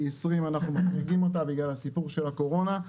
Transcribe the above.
כי את 2020 אנחנו מחריגים בגלל הסיפור של הקורונה.